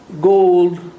gold